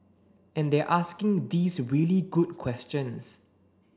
and they're asking these really good questions